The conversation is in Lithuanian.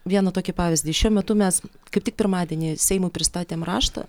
vieną tokį pavyzdį šiuo metu mes kaip tik pirmadienį seimui pristatėm raštą